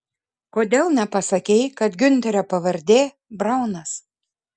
kodėl nepasakei kad giunterio pavardė braunas